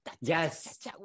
yes